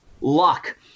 luck